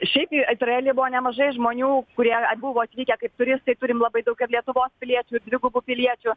šiaip jau izraely buvo nemažai žmonių kurie a buvo atvykę kaip turistai turim labai daug ir lietuvos piliečių ir dvigubų piliečių